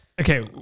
Okay